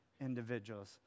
individuals